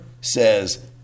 says